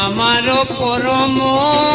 ah la and la la la